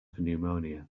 pneumonia